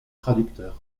traducteur